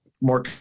more